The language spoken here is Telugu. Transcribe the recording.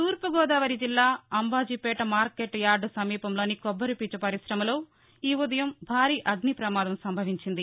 తూర్పుగోదావరి జిల్లా అబంజీపేట మార్కెట్ యార్డ్ సమీపంలోని కొబ్బరిపీచు పరిశమలో ఈ ఉదయం భారీ అగ్నిప్రమాదం సంభవించింది